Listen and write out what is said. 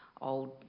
old